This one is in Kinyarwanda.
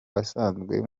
wasanzwe